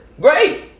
Great